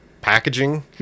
packaging